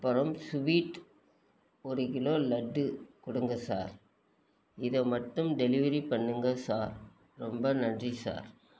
அப்புறம் ஸ்வீட் ஒரு கிலோ லட்டு கொடுங்க சார் இதை மட்டும் டெலிவரி பண்ணுங்க சார் ரொம்ப நன்றி சார்